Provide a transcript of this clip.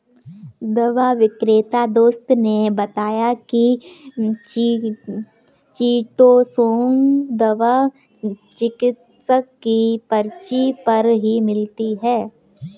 दवा विक्रेता दोस्त ने बताया की चीटोसोंन दवा चिकित्सक की पर्ची पर ही मिलती है